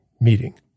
meeting